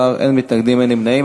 בעד, 14, אין מתנגדים, אין נמנעים.